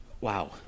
wow